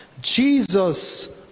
Jesus